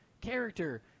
character